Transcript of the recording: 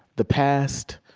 the past,